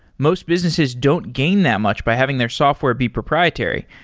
most businesses don't gain that much by having their software be proprietary.